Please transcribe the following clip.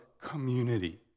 community